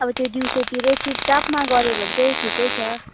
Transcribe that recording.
अब त्यो दिउँसोतिरै अब चुप चापमा गऱ्यो भने चाहिँ ठिकै छ